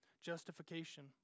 Justification